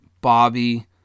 Bobby